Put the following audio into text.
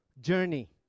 journey